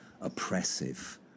oppressive